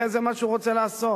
הרי זה מה שהוא רוצה לעשות.